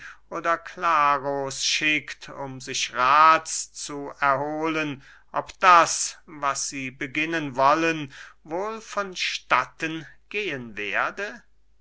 oder klaros schickt um sich raths zu erhohlen ob das was sie beginnen wollen wohl von statten gehen werde